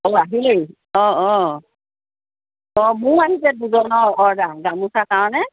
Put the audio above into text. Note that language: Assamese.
অঁ আহিলেই অঁ অঁ অঁ মোৰো আহিছে দুজনৰ অৰ্ডাৰ গামোচাৰ কাৰণে